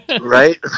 right